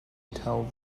tell